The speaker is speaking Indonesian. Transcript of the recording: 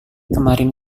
kemarin